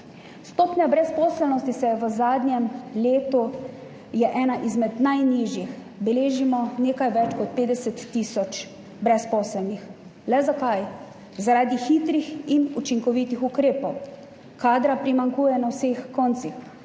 Stopnja brezposelnosti je v zadnjem letu ena izmed najnižjih. Beležimo nekaj več kot 50 tisoč brezposelnih. Le zakaj? Zaradi hitrih in učinkovitih ukrepov. Kadra primanjkuje na vseh koncih,